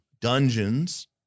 Dungeons